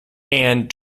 and